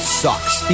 sucks